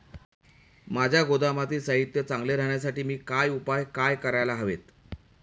माझ्या गोदामातील साहित्य चांगले राहण्यासाठी मी काय उपाय काय करायला हवेत?